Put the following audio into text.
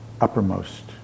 uppermost